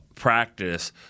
practice